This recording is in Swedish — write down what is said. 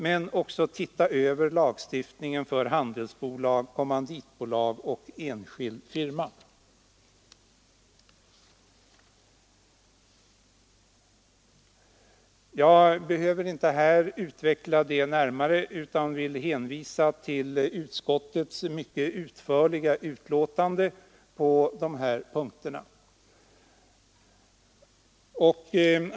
Men vi bör också se över lagstiftningen för handelsbolag, kommanditbolag och enskild firma. Jag behöver inte utveckla detta närmare utan vill hänvisa till utskottets utförliga betänkande på de här punkterna.